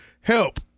Help